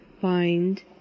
Find